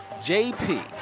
JP